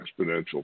exponential